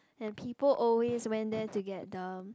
and people always went there to get the